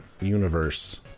universe